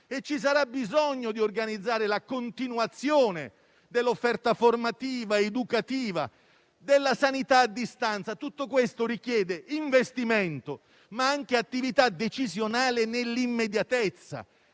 ci sarà bisogno di organizzare la continuazione dell'offerta formativa, educativa e della sanità a distanza. Tutto questo richiede investimenti, ma anche attività decisionale nell'immediatezza,